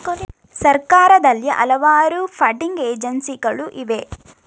ಸರ್ಕಾರದಲ್ಲಿ ಹಲವಾರು ಫಂಡಿಂಗ್ ಏಜೆನ್ಸಿಗಳು ಇವೆ